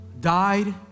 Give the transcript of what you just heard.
died